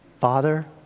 Father